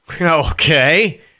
Okay